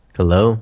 Hello